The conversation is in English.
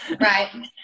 Right